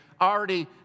already